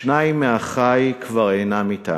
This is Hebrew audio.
שניים מאחי כבר אינם אתנו.